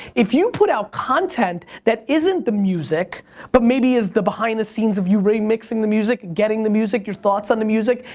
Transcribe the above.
if you put out content that isn't the music but maybe it's the behind the scenes of you remixing the music, getting the music, your thoughts on the music.